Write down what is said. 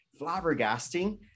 flabbergasting